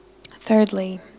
Thirdly